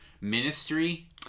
Ministry